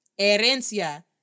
Herencia